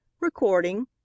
recording